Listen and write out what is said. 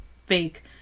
fake